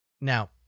now